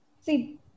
see